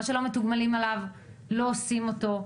מה שלא מתוגמלים עליו לא עושים אותו.